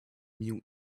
mute